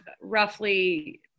roughly